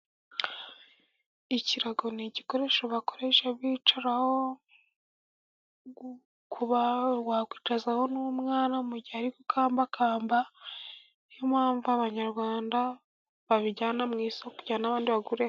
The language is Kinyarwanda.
Ikirago ni igikoresho bakoresha bicaraho, wakwicazaho n'umwana mu gihe ari gukambakamba, ni yo mpamvu abanyarwanda babijyana mu isoko kugira ngo n'abandi bagure.